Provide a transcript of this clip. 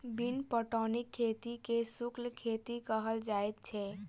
बिन पटौनीक खेती के शुष्क खेती कहल जाइत छै